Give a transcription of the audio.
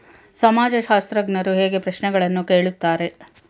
ಸಮಾಜಶಾಸ್ತ್ರಜ್ಞರು ಹೇಗೆ ಪ್ರಶ್ನೆಗಳನ್ನು ಕೇಳುತ್ತಾರೆ?